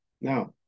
Now